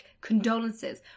condolences